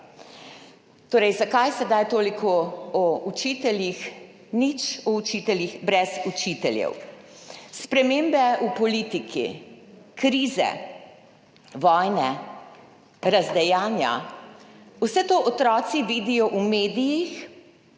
Torej, zakaj sedaj toliko o učiteljih? Nič o učiteljih brez učiteljev. Spremembe v politiki, krize, vojne, razdejanja, vse to otroci vidijo v medijih,